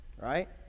right